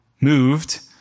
moved